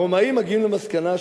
הרומאים מגיעים למסקנה,